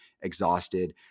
exhausted